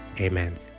Amen